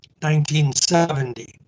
1970